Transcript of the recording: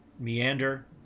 meander